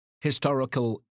historical